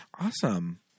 Awesome